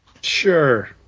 Sure